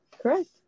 Correct